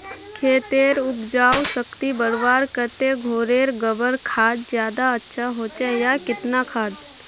खेतेर उपजाऊ शक्ति बढ़वार केते घोरेर गबर खाद ज्यादा अच्छा होचे या किना खाद?